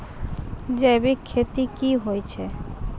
जैविक खेती की होय छै?